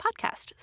podcast